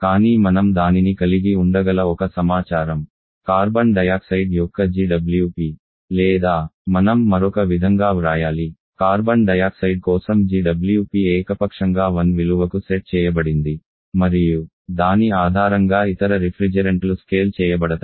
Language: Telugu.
కానీ మనం దానిని కలిగి ఉండగల ఒక సమాచారం కార్బన్ డయాక్సైడ్ యొక్క GWP లేదా మనం మరొక విధంగా వ్రాయాలి కార్బన్ డయాక్సైడ్ కోసం GWP ఏకపక్షంగా 1 విలువకు సెట్ చేయబడింది మరియు దాని ఆధారంగా ఇతర రిఫ్రిజెరెంట్లు స్కేల్ చేయబడతాయి